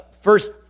first